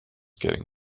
getting